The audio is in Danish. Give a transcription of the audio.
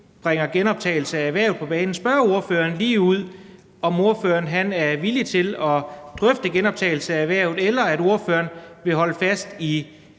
bringer en genoptagelse af erhvervet på bane, at spørge ordføreren ligeud, om ordføreren er villig til at drøfte en genoptagelse af erhvervet, eller om ordføreren vil holde fast i